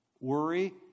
Worry